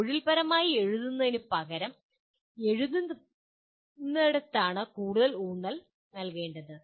തൊഴിൽപരമായി എഴുതുന്നതിനാണ് കൂടുതൽ ഊന്നൽ നൽകേണ്ടത്